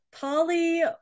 Polly